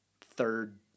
third